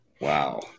Wow